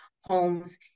homes